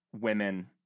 women